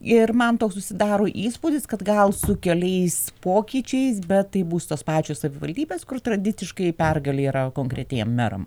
ir man to susidaro įspūdis kad gal su keliais pokyčiais bet tai bus tos pačios savivaldybės kur tradiciškai pergalė yra konkretiem meram